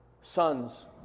sons